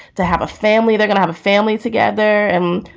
to have a family, they're gonna have a family together. and,